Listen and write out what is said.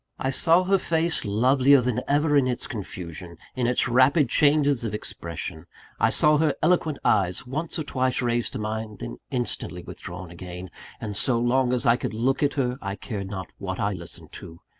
i saw her face, lovelier than ever in its confusion, in its rapid changes of expression i saw her eloquent eyes once or twice raised to mine, then instantly withdrawn again and so long as i could look at her, i cared not what i listened to.